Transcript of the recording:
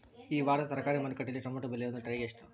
ಈ ವಾರದ ತರಕಾರಿ ಮಾರುಕಟ್ಟೆಯಲ್ಲಿ ಟೊಮೆಟೊ ಬೆಲೆ ಒಂದು ಟ್ರೈ ಗೆ ಎಷ್ಟು?